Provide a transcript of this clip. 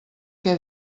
què